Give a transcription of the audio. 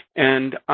and,